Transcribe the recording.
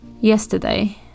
Yesterday